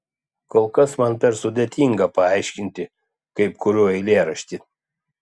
kol kas man per sudėtinga paaiškinti kaip kuriu eilėraštį